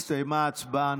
הסתיימה ההצבעה.